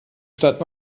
stadt